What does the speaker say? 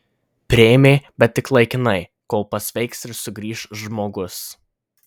priėmė bet tik laikinai kol pasveiks ir sugrįš žmogus